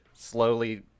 Slowly